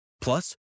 Plus